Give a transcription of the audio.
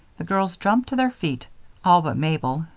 the girls jumped to their feet all but mabel,